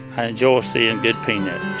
i enjoy ah seeing good peanuts.